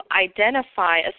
identify